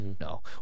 No